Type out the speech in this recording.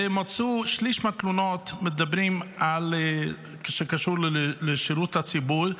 ומצאו ששליש מהתלונות קשורות לשירות הציבור,